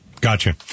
Gotcha